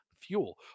fuel